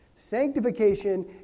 Sanctification